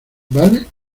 vale